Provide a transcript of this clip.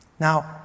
Now